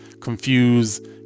confuse